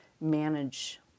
manage